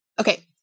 Okay